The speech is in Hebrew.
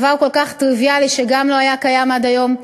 דבר כל כך טריוויאלי שגם לא היה קיים עד היום,